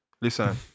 Listen